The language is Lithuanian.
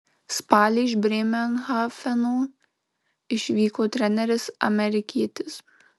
spalį iš brėmerhafeno išvyko treneris amerikietis